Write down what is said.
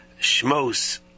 Shmos